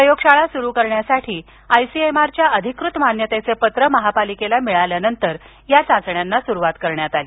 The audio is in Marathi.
प्रयोगशाळा सुरू करण्यासाठी आयसीएमआर च्या अधिकृत मान्यतेचं पत्र महानगरपालिकेला मिळाल्यानंतर चाचण्यांना सुरूवात करण्यात आली